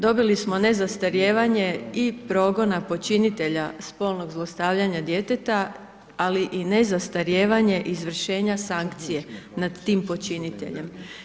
Dobili smo nezastarijevanje i progona počinitelja spolnog zlostavljanja djeteta, ali i nezastarijevanje izvršenja sankcije nad tim počiniteljem.